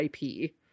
IP